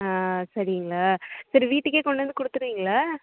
சரிங்களா சரி வீட்டுக்கே கொண்டு வந்து கொடுத்துருவீங்களா